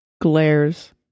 glares